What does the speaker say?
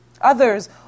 Others